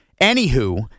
Anywho